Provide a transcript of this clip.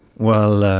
well,